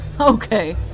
Okay